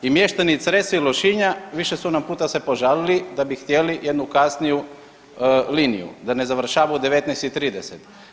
I mještani i Cresa i Lošinja više su nam puta se požalili da bi htjeli jednu kasniju liniju, da ne završava u 19 i 30.